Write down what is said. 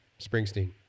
Springsteen